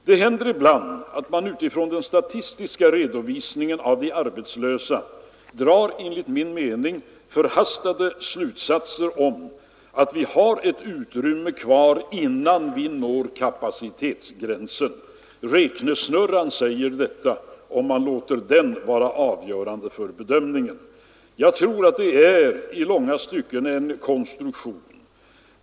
Det händer ibland att man utifrån den statistiska redovisningen av de arbetslösa drar enligt min mening förhastade slutsatser om att vi har ett utrymme kvar innan vi når kapacitetsgränsen, Räknesnurran säger detta, om man låter den vara avgörande för bedömningen. Jag tror att det här i långa stycken är en konstruktion.